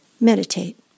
Meditate